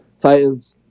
Titans